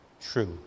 true